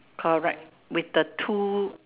correct with the two